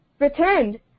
returned